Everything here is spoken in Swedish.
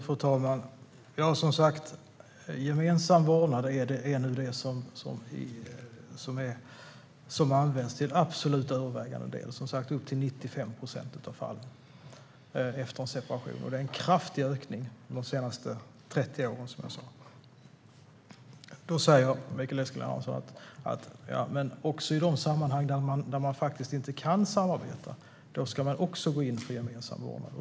Fru talman! Gemensam vårdnad är det absolut mest övervägande och förekommer i 95 procent av fallen efter en separation. Det har som sagt skett en kraftig ökning de senaste 30 åren. Mikael Eskilandersson säger att man även i de sammanhang där föräldrarna inte kan samarbeta ska gå in för gemensam vårdnad.